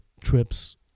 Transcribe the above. trips